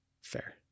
Fair